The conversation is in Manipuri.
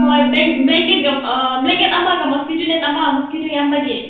ꯍꯣꯏ ꯕ꯭ꯂꯥꯟꯀꯦꯠꯀ ꯕ꯭ꯂꯥꯟꯀꯦꯠ ꯑꯃꯒ ꯃꯣꯁꯀꯤꯇꯣ ꯅꯦꯠ ꯑꯃꯒ ꯃꯣꯁꯀꯤꯇꯣ ꯌꯥꯝꯕꯒꯤ